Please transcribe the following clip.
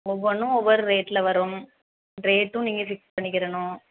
ஒவ்வொன்றும் ஒவ்வொரு ரேட்டில் வரும் ரேட்டும் நீங்கள் ஃபிக்ஸ் பண்ணிக்கிடணும்